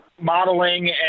modeling